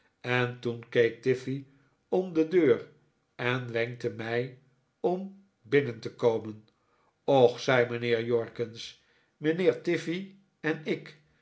en toen keek tiffey om de deur en wenkte mij om binnen te komen och zei mijnheer jorkins mijnheer tiffey en ik